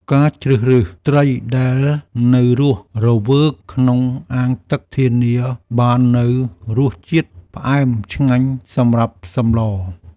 ការជ្រើសរើសត្រីដែលនៅរស់រវើកក្នុងអាងទឹកធានាបាននូវរសជាតិផ្អែមឆ្ងាញ់សម្រាប់សម្ល។